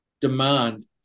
demand